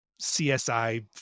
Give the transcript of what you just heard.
CSI